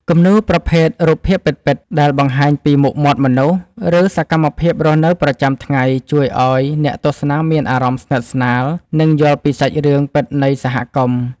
គំនូរប្រភេទ រូបភាពពិតៗ ដែលបង្ហាញពីមុខមាត់មនុស្ស ឬសកម្មភាពរស់នៅប្រចាំថ្ងៃ ជួយឱ្យអ្នកទស្សនាមានអារម្មណ៍ស្និទ្ធស្នាល និងយល់ពីសាច់រឿងពិតនៃសហគមន៍។